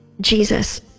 Jesus